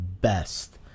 best